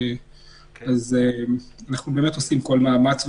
אז אנחנו באמת עושים כל מאמץ.